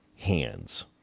hands